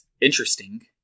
Interesting